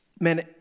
Man